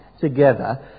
together